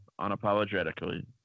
unapologetically